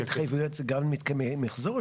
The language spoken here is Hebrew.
ההתחייבויות הן גם למתקני מחזור,